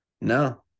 No